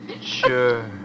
Sure